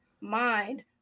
mind